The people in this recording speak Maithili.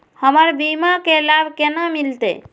हमर बीमा के लाभ केना मिलते?